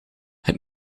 het